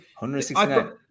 169